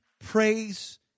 praise